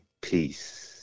peace